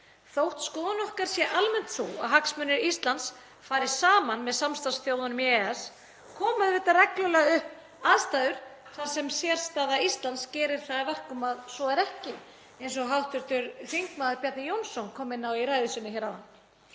Þótt skoðun okkar sé almennt sú að hagsmunir Íslands fari saman með samstarfsþjóðunum í EES koma auðvitað reglulega upp aðstæður þar sem sérstaða Íslands gerir það að verkum að svo er ekki, eins og hv. þm. Bjarni Jónsson kom inn á í ræðu sinni hérna áðan.